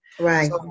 right